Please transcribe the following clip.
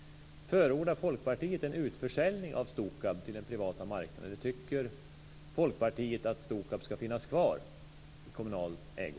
Förordar Folkpartiet en utförsäljning av Stokab till den privata marknaden, eller tycker Folkpartiet att Stokab ska finnas kvar i kommunal ägo?